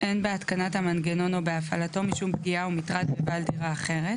(3)אין בהתקנת המנגנון או בהפעלתו משום פגיעה או מטרד בבעל דירה אחרת,